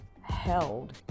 held